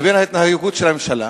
לבין ההתנהגות של הממשלה.